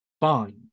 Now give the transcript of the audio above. Fine